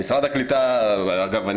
אגב,